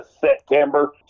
September